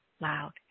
loud